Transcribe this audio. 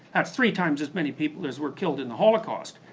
that's three times as many people as were killed in the holocaust.